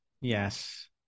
Yes